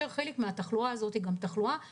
חלק מהתחלואה הזאת היא תחלואה שונה,